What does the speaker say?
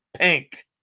pink